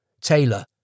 Taylor